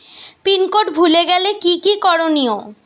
Pin code ভুলে গেলে কি কি করনিয়?